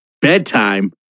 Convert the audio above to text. bedtime